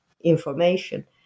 information